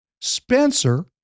Spencer